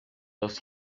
dos